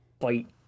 fight